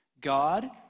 God